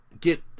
get